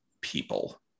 people